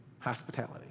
Hospitality